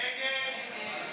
אחרי סעיף 2 לא